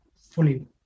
fully